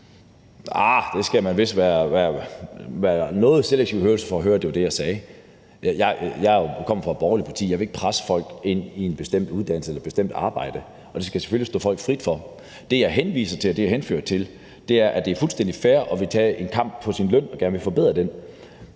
der skal man vist have en noget selektiv hørelse for at høre, at det var det, jeg sagde. Jeg kommer fra et borgerligt parti. Jeg vil ikke presse folk ind i en bestemt uddannelse eller et bestemt arbejde. Det skal selvfølgelig stå folk frit for. Det, jeg henviste til, og det, jeg henførte til, er, at det er fuldstændig fair at ville tage en kamp for sin løn og gerne ville forbedre den.